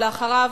ולאחריו,